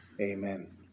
Amen